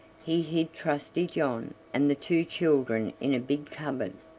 he hid trusty john and the two children in a big cupboard.